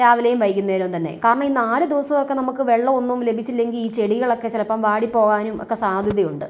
രാവിലേം വൈകുന്നേരവും തന്നെ കാരണം ഈ നാല് ദിവസമൊക്കെ നമുക്ക് വെള്ളമൊന്നും ലഭിച്ചില്ലെങ്കിൽ ഈ ചെടികളൊക്കെ ചിലപ്പം വാടി പോകാനും ഒക്കെ സാധ്യത ഉണ്ട്